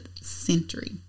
century